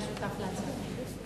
והיה שותף להצעה.